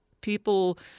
people